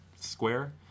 square